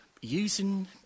using